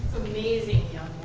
amazing